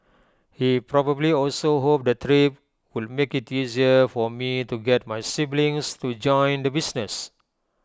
he probably also hoped the trip would make IT easier for me to get my siblings to join the business